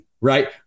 right